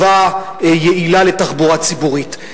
טובה, יעילה, של תחבורה ציבורית.